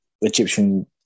Egyptian